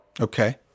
Okay